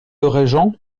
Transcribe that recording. régent